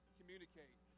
communicate